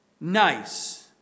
nice